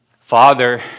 Father